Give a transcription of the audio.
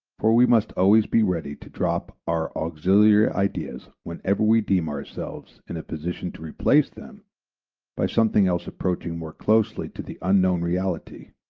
for we must always be ready to drop our auxiliary ideas whenever we deem ourselves in position to replace them by something else approaching more closely to the unknown reality.